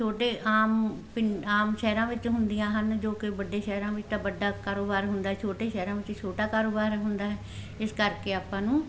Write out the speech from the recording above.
ਛੋਟੇ ਆਮ ਪਿਡ ਆਮ ਸ਼ਹਿਰਾਂ ਵਿੱਚ ਹੁੰਦੀਆਂ ਹਨ ਜੋ ਕਿ ਵੱਡੇ ਸ਼ਹਿਰਾਂ ਵਿੱਚ ਤਾਂ ਵੱਡਾ ਕਾਰੋਬਾਰ ਹੁੰਦਾ ਛੋਟੇ ਸ਼ਹਿਰਾਂ ਵਿੱਚ ਛੋਟਾ ਕਾਰੋਬਾਰ ਹੁੰਦਾ ਇਸ ਕਰਕੇ ਆਪਾਂ ਨੂੰ